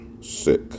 sick